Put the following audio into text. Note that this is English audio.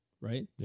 right